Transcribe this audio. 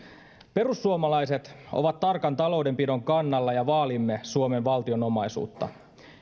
perussuomalaiset ovat tarkan taloudenpidon kannalla ja vaalimme suomen valtion omaisuutta